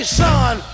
son